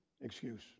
excuse